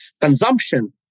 consumption